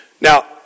now